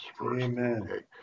Amen